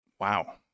wow